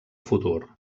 futur